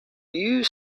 you